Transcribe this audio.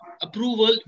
approval